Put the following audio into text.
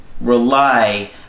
rely